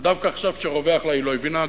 ודווקא עכשיו, כשרווח לה, היא לא הבינה.